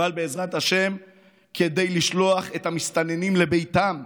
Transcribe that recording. אפעל בעזרת השם כדי לשלוח את המסתננים לביתם.